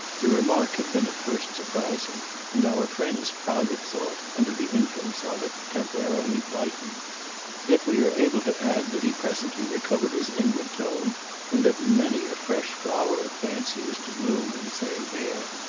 the remark had been at first surprising and our friend's private thought, under the influence of it, temporarily blighted yet we are able to add that he presently recovered his inward tone and that many a fresh flower of fancy was to bloom in the same air.